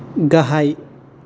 गाहाय